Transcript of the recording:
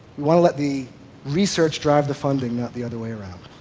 want to let the research drive the funding, not the other way around.